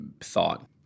thought